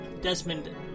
Desmond